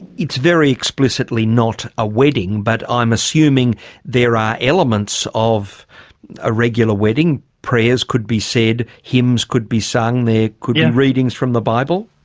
it's very explicitly not a wedding but i'm assuming there are elements of a regular wedding prayers could be said, hymns could be sung, there could be readings from the bible?